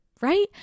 right